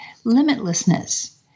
limitlessness